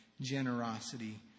generosity